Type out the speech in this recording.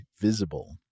Visible